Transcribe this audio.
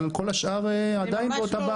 אבל כל השאר עדיין באותה בעיה.